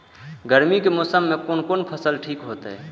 गर्मी के मौसम में कोन कोन फसल ठीक होते?